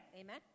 Amen